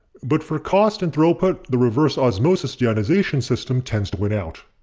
but for cost and throughput, the reverse osmosis deionization system tends to win out.